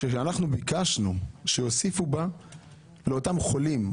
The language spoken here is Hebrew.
אנחנו ביקשנו שיוסיפו בה לאותם חולים,